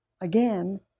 again